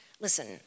listen